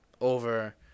over